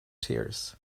tears